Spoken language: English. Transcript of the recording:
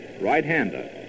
Right-hander